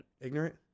ignorant